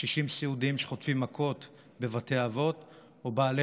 קשישים סיעודיים שחוטפים מכות בבתי אבות או בעלי